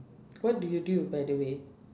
what do you do by the way